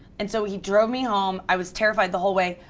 and so he drove me home. i was terrified the whole way.